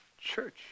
Church